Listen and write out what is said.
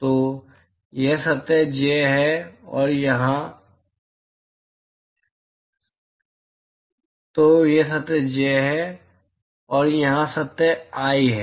तो यहाँ सतह j है और यहाँ सतह i है